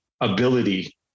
ability